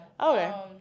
Okay